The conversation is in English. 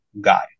guy